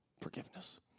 forgiveness